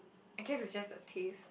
I guess it was just the taste